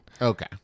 Okay